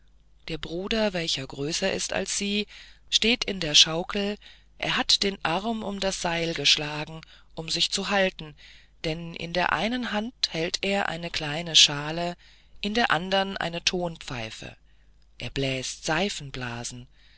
der bruder welcher größer ist als sie steht in der schaukel er hat den arm um das seil geschlagen um sich zu halten denn in der einen hand hält er eine kleine schale in der andern eine thonpfeife er bläst